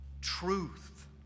truth